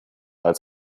als